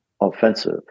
offensive